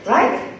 Right